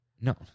No